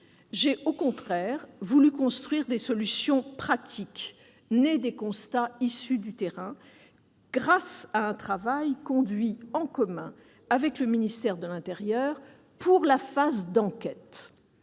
J'ai au contraire voulu construire des solutions pratiques nées des constats issus du terrain, grâce à un travail conduit en commun avec le ministère de l'intérieur pour la phase d'enquête.